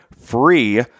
free